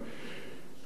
חברת הכנסת גלאון,